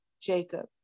Jacob